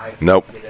nope